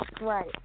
Right